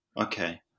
okay